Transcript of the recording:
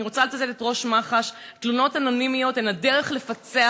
אני רוצה לצטט את ראש מח"ש: תלונות אנונימיות הן הדרך לפצח